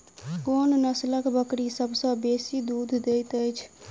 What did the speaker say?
कोन नसलक बकरी सबसँ बेसी दूध देइत अछि?